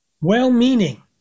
Well-meaning